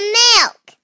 milk